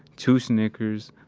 two snickers,